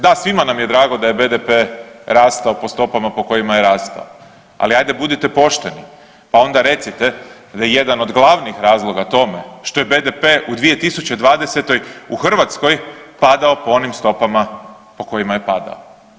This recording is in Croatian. Da, svima nam je drago da je BDP rastao po stopama po kojima je rastao, ali ajde budite pošteni pa onda recite da je jedan od glavnih razloga tome što je BDP u 2020. u Hrvatskoj padao po onim stopama po kojima je padao.